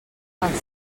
els